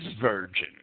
virgin